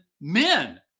men